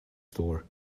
store